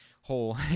whole